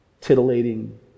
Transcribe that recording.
titillating